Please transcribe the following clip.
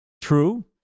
True